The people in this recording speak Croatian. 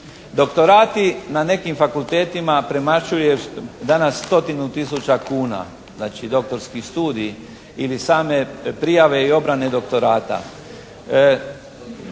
Doktorati na nekim fakultetima premašuje danas stotinu tisuća kuna, znači doktorski studij ili same prijave i obrane doktorata.